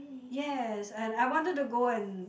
yes and I wanted to go and